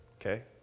okay